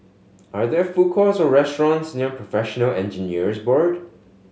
are there food courts or restaurants near Professional Engineers Board